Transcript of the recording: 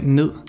ned